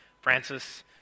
Francis